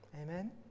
Amen